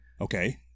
Okay